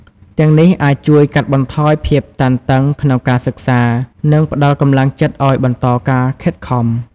ទាំងនេះអាចជួយកាត់បន្ថយភាពតានតឹងក្នុងការសិក្សា និងផ្តល់កម្លាំងចិត្តឱ្យបន្តការខិតខំ។